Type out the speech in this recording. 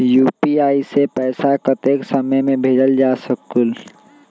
UPI से पैसा कतेक समय मे भेजल जा स्कूल?